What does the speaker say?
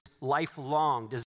lifelong